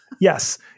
Yes